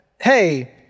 hey